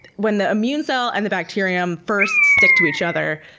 when the immune cell and the bacterium first stick to each other,